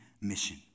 mission